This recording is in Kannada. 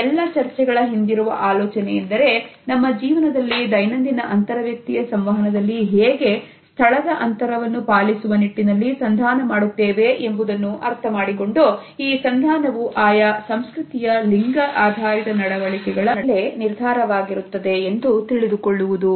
ಈ ಎಲ್ಲಾ ಚರ್ಚೆಗಳ ಹಿಂದಿರುವ ಆಲೋಚನೆ ಎಂದರೆ ನಮ್ಮ ಜೀವನದಲ್ಲಿ ದೈನಂದಿನ ಅಂತರ ವ್ಯಕ್ತಿಯ ಸಂವಹನದಲ್ಲಿ ಹೇಗೆ ಸ್ಥಳದ ಅಂತರವನ್ನು ಪಾಲಿಸುವ ನಿಟ್ಟಿನಲ್ಲಿ ಸಂಧಾನ ಮಾಡುತ್ತೇವೆ ಎಂಬುದನ್ನು ಅರ್ಥ ಮಾಡಿಕೊಂಡು ಈ ಸಂಧಾನವೂ ಆಯಾ ಸಂಸ್ಕೃತಿಯ ಲಿಂಗ ಆಧಾರಿತ ನಡವಳಿಕೆಗಳ ಆಧಾರದ ಮೇಲೆ ನಿರ್ಧಾರವಾಗಿರುತ್ತದೆ ಎಂದು ತಿಳಿದುಕೊಳ್ಳುವುದು